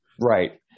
right